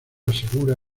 asegura